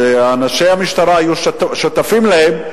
ואנשי המשטרה היו שותפים להם,